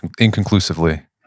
inconclusively